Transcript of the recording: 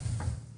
(באמצעות מצגת)